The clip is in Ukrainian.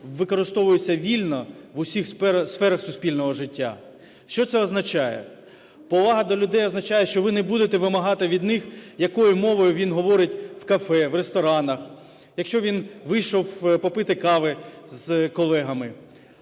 використовуються вільно в усіх сферах суспільного життя. Що це означає? Повага до людей означає, що ви не будете вимагати від них, якою мовою він говорить в кафе, в ресторанах, якщо він вийшов попити кави з колегами.